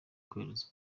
kohereza